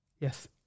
Yes